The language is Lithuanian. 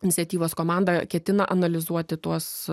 iniciatyvos komanda ketina analizuoti tuos